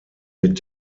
mit